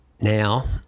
now